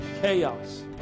chaos